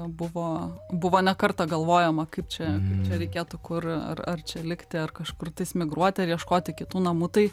buvo buvo ne kartą galvojama kaip čia čia reikėtų kur ar čia likti ar kažkur tais migruoti ar ieškoti kitų namų tai